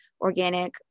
organic